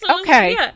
okay